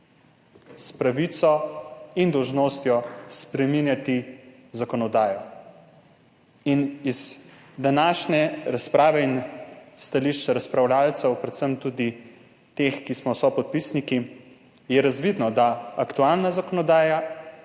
s pravico in dolžnostjo spreminjati zakonodajo. Iz današnje razprave in stališč razpravljavcev, predvsem tudi teh, ki smo sopodpisniki, je razvidno, da aktualna zakonodaja